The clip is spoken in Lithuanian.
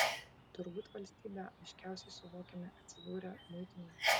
turbūt valstybę aiškiausiai suvokiame atsidūrę muitinėje